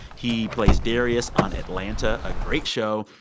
he plays darius, on atlanta, a great show.